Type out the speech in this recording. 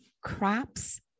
crops